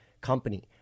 company